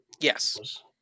Yes